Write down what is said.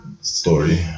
story